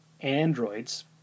androids